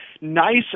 Nice